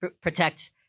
protect